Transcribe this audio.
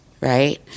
right